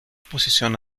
posición